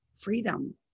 Freedom